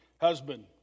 husband